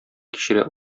кичерә